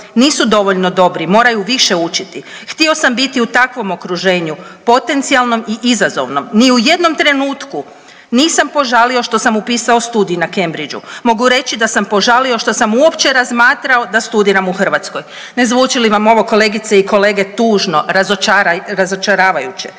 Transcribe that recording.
nisu dovoljno dobri, moraju više učiti, htio sam biti u takvom okruženju potencijalnom i izazovnom, ni u jednom trenutku nisam požali što sam upisao studij na Cambridge-u mogu reći da sam požalio što sam uopće razmatrao da studiram u Hrvatskoj. Ne zvuči li vam ovo kolegice i kolege tužno, razočaravajuće